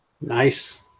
Nice